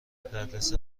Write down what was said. دردسر